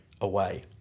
away